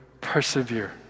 persevere